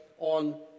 on